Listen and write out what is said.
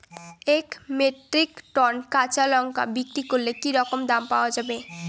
এক metric ton কাঁচা লঙ্কা বিক্রি করলে কি রকম দাম পাওয়া যাবে?